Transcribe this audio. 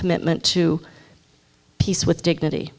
commitment to peace with dignity